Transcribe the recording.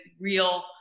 real